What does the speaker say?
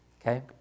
okay